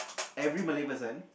every Malay person